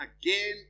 again